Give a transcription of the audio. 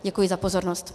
Děkuji za pozornost.